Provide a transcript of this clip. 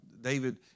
David